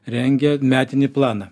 rengia metinį planą